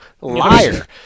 Liar